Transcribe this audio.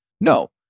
No